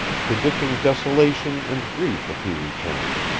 predicting desolation and grief if he returned.